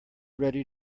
ready